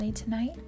Tonight